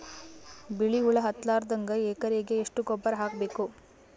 ಬಿಳಿ ಹುಳ ಹತ್ತಲಾರದಂಗ ಎಕರೆಗೆ ಎಷ್ಟು ಗೊಬ್ಬರ ಹಾಕ್ ಬೇಕು?